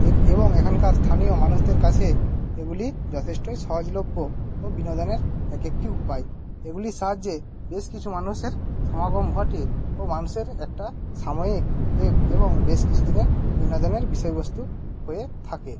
এ এবং এখানকার স্থানীয় মানুষদের কাছে এগুলি যথেষ্টই সহজলভ্য ও বিনোদনের এক একটি উপায় এগুলির সাহায্যে বেশ কিছু মানুষের সমাগম ঘটে ও মানুষের একটা সাময়িক এব এবং বেশ কিছু দিনের বিনোদনের বিষয়বস্তু হয়ে থাকে